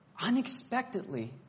unexpectedly